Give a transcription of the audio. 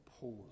pause